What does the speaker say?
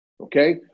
okay